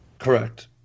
Correct